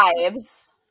lives